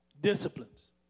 Disciplines